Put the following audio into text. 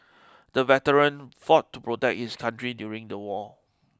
the veteran fought to protect his country during the war